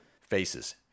faces